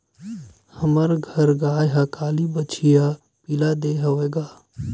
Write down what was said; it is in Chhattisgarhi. हमर घर गाय ह काली बछिया पिला दे हवय गा